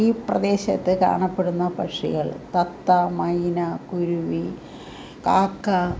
ഈ പ്രദേശത്ത് കാണപ്പെടുന്ന പക്ഷികൾ തത്ത മൈന കുരുവി കാക്ക